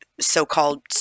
so-called